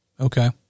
Okay